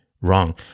wrong